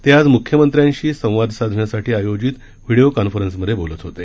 ते आज मुख्यमंत्र्यांशी संवाद साधण्यासाठी आयोजित व्हीडीओ कॉन्फरन्समधे बोलत होते